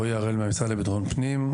אני רועי הראל, משמשרד לביטחון הפנים.